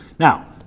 Now